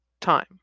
time